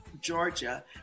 Georgia